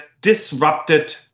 disrupted